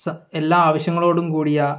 സ എല്ലാ ആവശ്യങ്ങളോടും കൂടിയ